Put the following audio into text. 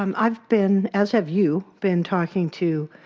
um i have been, as have you, been talking to